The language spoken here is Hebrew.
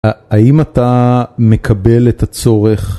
האם אתה מקבל את הצורך?